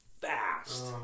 fast